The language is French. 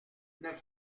neuf